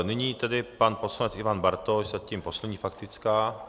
Nyní tedy pan poslanec Ivan Bartoš, zatím poslední faktická.